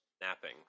napping